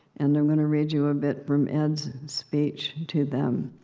and i'm going to read you a bit from ed's speech to them.